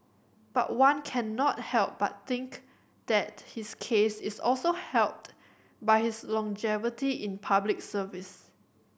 but one cannot help but think that his case is also helped by his longevity in Public Service